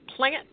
plant